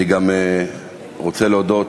אני גם רוצה להודות